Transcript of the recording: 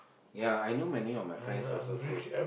ya I know many of my friends also say